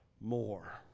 more